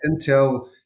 Intel